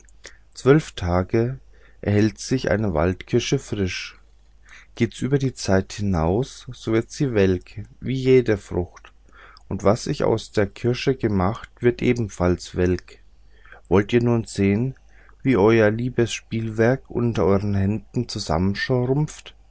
zwölf tage erhält sich eine waldkirsche frisch geht's über die zelt hinaus so wird sie welk wie jede frucht und was ich aus der kirsche gemacht wird ebenfalls welk wollt ihr nun sehen wie euer liebes spielwerk unter euren händen